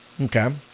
Okay